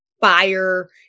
fire